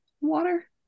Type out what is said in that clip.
water